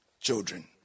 Children